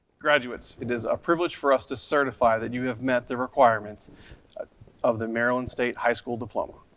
graduates, it is a privilege for us to certify that you have met the requirements of the maryland state high school diploma.